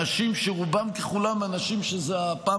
אנשים שרובם ככולם הם אנשים שזו הפעם